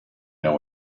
know